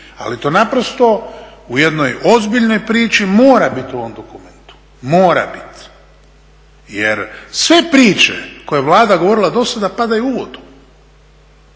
Ali to naprosto u jednoj ozbiljnoj priči mora biti u ovom dokumentu, mora biti. Jer sve priče koje je Vlada govorila dosada padaju u vodu,